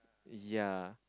ya